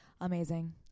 amazing